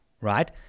right